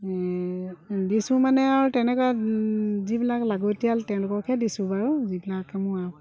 দিছোঁ মানে আৰু তেনেকুৱা যিবিলাক লাগতিয়াল তেওঁলোককহে দিছোঁ বাৰু যিবিলাক মই আৰু